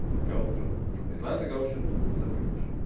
it goes from from the atlantic ocean to the pacific ocean.